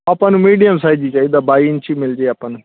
ਆਪਾਂ ਨੂੰ medium size ਹੀ ਚਾਹੀਦਾ ਬਾਈ ਇੰਚੀ ਮਿਲ ਜਾਏ ਆਪਾਂ ਨੂੰ